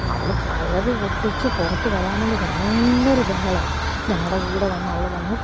അവള് കയറ് പൊട്ടിച്ച് പുറത്തു വരാൻവേണ്ടി ഭയങ്കര ബഹളമാണ് ഞങ്ങളുടെ കൂടെ വന്ന് അവള് വന്ന്